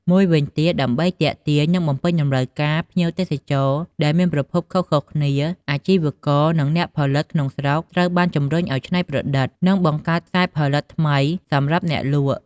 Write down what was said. មួយវិញទៀត ដើម្បីទាក់ទាញ និងបំពេញតម្រូវការភ្ញៀវទេសចរដែលមានប្រភពខុសៗគ្នា អាជីវករ និងអ្នកផលិតក្នុងស្រុកត្រូវបានជំរុញឱ្យច្នៃប្រឌិត និងបង្កើតខ្សែផលិតផលថ្មីសម្រាប់អ្នកលក់។